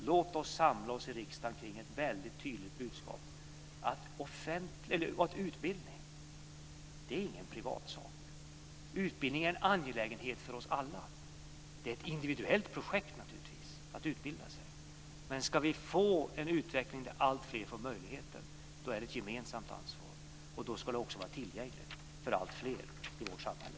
Låt oss samla oss i riksdagen omkring ett väldigt tydligt budskap om att utbildning inte är någon privatsak. Utbildning är en angelägenhet för oss alla. Det är naturligtvis ett individuellt projekt att utbilda sig. Men ska vi få en utveckling där alltfler får möjligheten är det ett gemensamt ansvar. Då ska det också vara tillgängligt för alltfler i vårt samhälle.